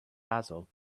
basil